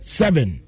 seven